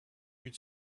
une